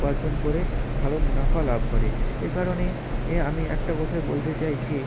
উপার্জন করে ভালো মুনাফা লাভ করে এ কারণে এ আমি একটা কথাই বলতে চাই যে